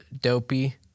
Dopey